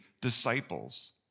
disciples